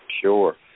sure